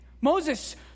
Moses